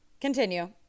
continue